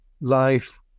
life